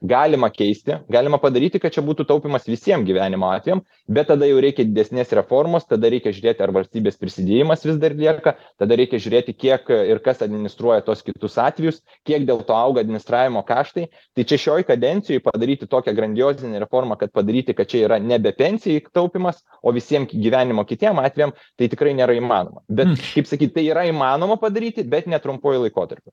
galima keisti galima padaryti kad čia būtų taupymas visiem gyvenimo atvejam bet tada jau reikia didesnės reformos tada reikia žiūrėti ar valstybės prisidėjimas vis dar lieka tada reikia žiūrėti kiek ir kas administruoja tuos kitus atvejus kiek dėl to auga administravimo kaštai tai čia šioj kadencijoj padaryti tokią grandiozinę reformą kad padaryti kad čia yra nebe pensijai taupymas o visiem gyvenimo kitiem atvejam tai tikrai nėra įmanoma bent šiaip sakyti tai yra įmanoma padaryti bet ne trumpuoju laikotarpiu